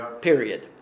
period